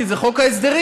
כי זה חוק ההסדרים,